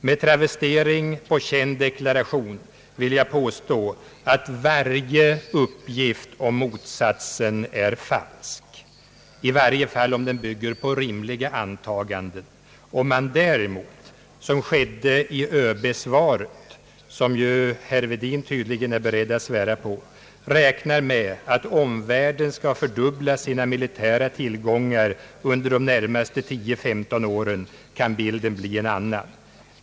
Med travestering på en känd deklaration vill jag påstå att varje uppgift om motsatsen är falsk, i varje fall om den bygger på rimliga antaganden. Om man däremot som skedde i »ÖB-svaret», vilket herr Virgin tydligen är be redd att svära på, räknar med att omvärlden skall fördubbla sina militära tillgångar under de närmaste tio å femton åren, kan bilden bli en annan.